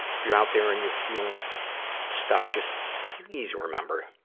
if you're out there and you're feeling stuck, just please remember,